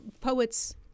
poets